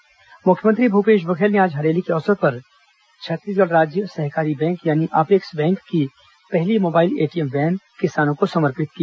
Hareli apex bank मुख्यमंत्री भूपेश बघेल ने आज हरेली के अवसर पर छत्तीसगढ़ राज्य सहकारी बैंक यानी अपेक्स बैंक की पहली मोबाइल एटीएम वैन किसानों को समर्पित की